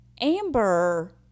Amber